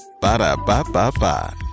Ba-da-ba-ba-ba